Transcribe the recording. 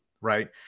Right